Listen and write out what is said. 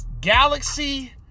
Galaxy